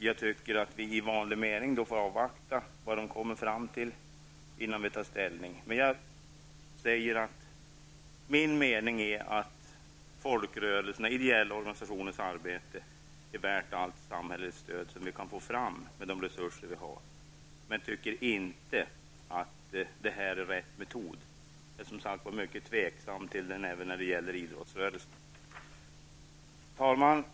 Jag tycker att vi i vanlig ordning får avvakta vad de kommer fram till innan vi tar ställning. Min mening är att folkrörelsernas och ideella organisationers arbete är värdt allt samhällsstöd som det kan få med de resurser vi har, men jag tycker inte att det här är rätt metod. Jag är, som sagt, mycket tveksam till den även när det gäller idrottsrörelsen. Herr talman!